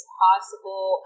possible